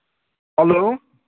hello